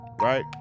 right